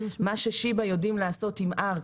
מה ששיבא יודעים לעשות עם Arc ,